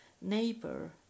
neighbor